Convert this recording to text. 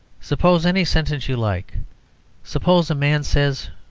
suppose any sentence you like suppose a man says,